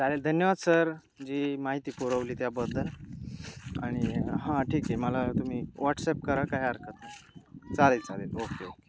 चालेल धन्यवाद सर जी माहिती पुरवली त्याबद्दल आणि हां ठीक आहे मला तुम्ही व्हॉट्सअप करा काय हरकत नाही चालेल चालेल ओके ओके